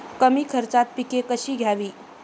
कमी खर्चात पिके कशी घ्यावी?